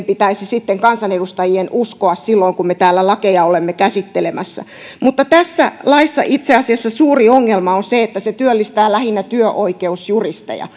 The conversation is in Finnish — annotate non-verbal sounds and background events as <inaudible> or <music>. <unintelligible> pitäisi sitten kansanedustajien uskoa silloin kun me täällä lakeja olemme käsittelemässä mutta tässä laissa itse asiassa suuri ongelma on se että se työllistää lähinnä työoikeusjuristeja <unintelligible>